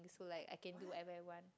so like I can do whatever I want